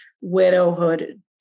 widowhood